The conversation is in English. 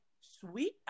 sweet